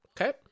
Okay